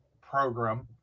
program